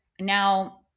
now